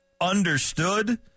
understood